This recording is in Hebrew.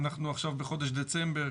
אנחנו עכשיו בחודש דצמבר.